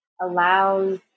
allows